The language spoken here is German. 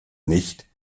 nicht